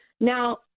Now